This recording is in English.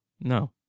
No